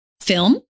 film